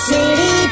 City